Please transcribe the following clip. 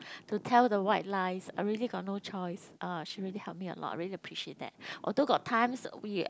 to tell the white lies I really got no choice uh she really help me a lot I really appreciate that a lot although got times we